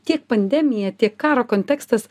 tiek pandemija tiek karo kontekstas